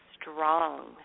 strong